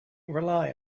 rely